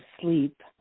sleep